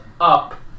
up